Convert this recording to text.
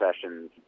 sessions